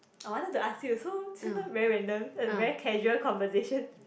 I wanted to ask you so sometimes very random and very casual conversation